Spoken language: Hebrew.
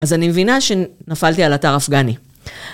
אז אני מבינה שנפלתי על אתר אפגני.